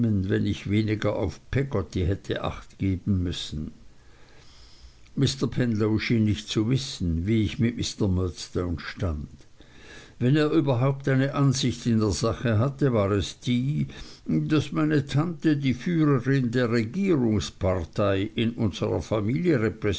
wenn ich weniger auf peggotty hätte acht geben müssen mr spenlow schien nicht zu wissen wie ich mit mr murdstone stand wenn er überhaupt eine ansicht in der sache hatte war es die daß meine tante die führerin der regierungspartei in unserer familie